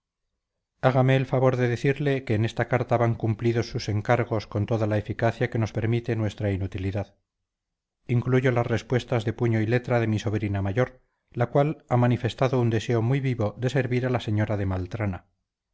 hágame el favor de decirle que en esta carta van cumplidos sus encargos con toda la eficacia que nos permite nuestra inutilidad incluyo las respuestas de puño y letra de mi sobrina mayor la cual ha manifestado un deseo muy vivo de servir a la señora de maltrana